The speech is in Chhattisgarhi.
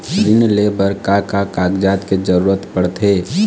ऋण ले बर का का कागजात के जरूरत पड़थे?